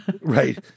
right